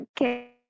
okay